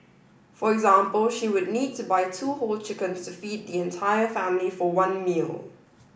for example she would need to buy two whole chickens to feed the entire family for one meal